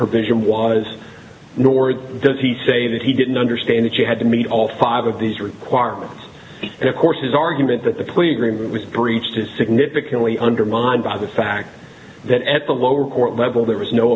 provision was nor does he say that he didn't understand it she had to meet all five of these requirements and of course his argument that the policing was breached is significantly undermined by the fact that at the lower court level there was no